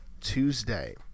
Tuesday